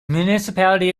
municipality